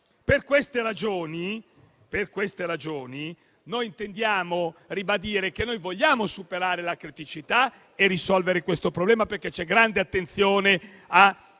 Per queste ragioni, intendiamo ribadire che vogliamo superare la criticità e risolvere questo problema, perché ovviamente c'è grande attenzione a quei